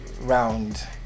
round